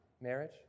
marriage